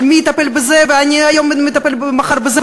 של מי יטפל בזה ומחר אני מטפל בזה,